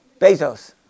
Bezos